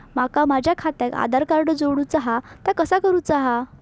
माका माझा खात्याक आधार कार्ड जोडूचा हा ता कसा करुचा हा?